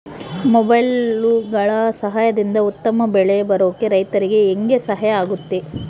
ಮೊಬೈಲುಗಳ ಸಹಾಯದಿಂದ ಉತ್ತಮ ಬೆಳೆ ಬರೋಕೆ ರೈತರಿಗೆ ಹೆಂಗೆ ಸಹಾಯ ಆಗುತ್ತೆ?